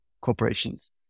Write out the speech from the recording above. corporations